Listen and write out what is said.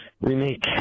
remake